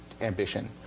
ambition